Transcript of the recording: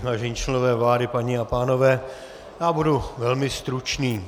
Vážení členové vlády, paní a pánové, já budu velmi stručný.